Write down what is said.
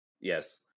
yes